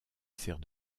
sert